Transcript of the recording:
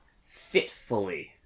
fitfully